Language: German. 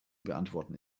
beantworten